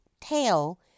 Tail